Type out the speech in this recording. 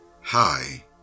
Hi